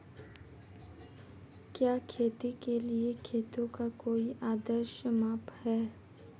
क्या खेती के लिए खेतों का कोई आदर्श माप है?